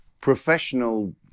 professional